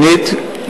שנית,